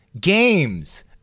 games